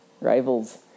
Rivals